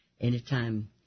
Anytime